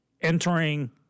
entering